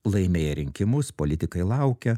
laimėję rinkimus politikai laukia